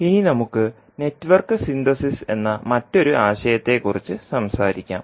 ഇനി നമുക്ക് network synthesis എന്ന മറ്റൊരു ആശയത്തെക്കുറിച്ച് സംസാരിക്കാം